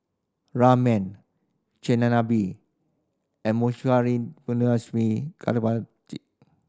Ramen Chigenabe and